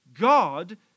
God